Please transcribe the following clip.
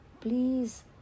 Please